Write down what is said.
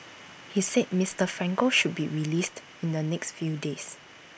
he said Mister Franco should be released in the next few days